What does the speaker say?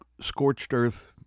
scorched-earth